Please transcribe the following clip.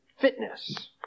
fitness